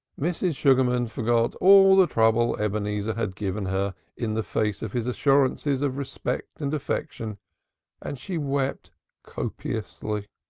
mrs. sugarman forgot all the trouble ebenezer had given her in the face of his assurances of respect and affection and she wept copiously.